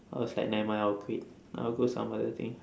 I was like nevermind I'll quit I'll do some where I think